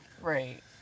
Right